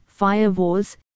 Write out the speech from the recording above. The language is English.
firewalls